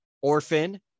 orphan